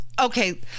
okay